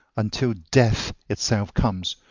until death itself comes,